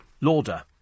Lauder